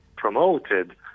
promoted